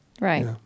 Right